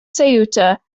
ceuta